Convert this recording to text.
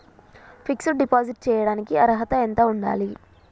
Fix డ్ deposit చేయటానికి అర్హత ఎంత ఉండాలి?